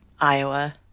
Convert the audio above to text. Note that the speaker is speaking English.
Iowa